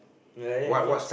yeah like that only ah